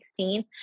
2016